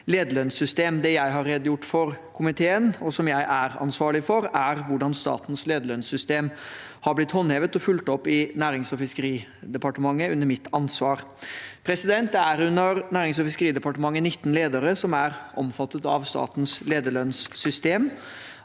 lederlønnssystem. Det jeg har redegjort for komiteen, og som jeg er ansvarlig for, er hvordan statens lederlønnssystem har blitt håndhevet og fulgt opp i Næringsog fiskeridepartementet under mitt ansvar. Det er under Nærings- og fiskeridepartementet 19 ledere som er omfattet av statens lederlønnssystem.